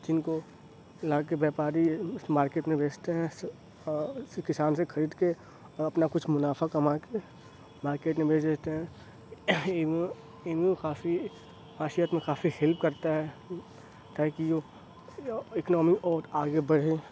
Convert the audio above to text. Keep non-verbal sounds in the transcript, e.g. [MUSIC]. جن کو لا کے بیوپاری اس مارکیٹ میں بیچتے ہیں اس سے اور اس سے کسان سے خرید کے اور اپنا کچھ منافع کما کے مارکیٹ میں بیچ دیتے ہیں [UNINTELLIGIBLE] کافی ہلپ کرتا ہے تاکہ جو اکنامی اور آگے بڑھے